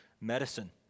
medicine